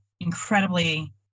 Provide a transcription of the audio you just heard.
incredibly